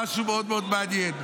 משהו מאוד מאוד מעניין.